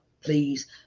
Please